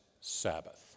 Sabbath